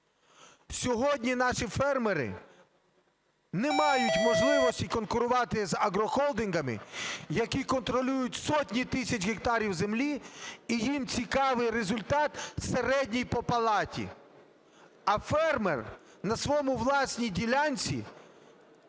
Сьогодні наші фермери не мають можливості конкурувати з агрохолдингами, які контролюють сотні тисяч гектарів землі, і їм цікавий результат середній по палаті. А фермер на своїй власній ділянці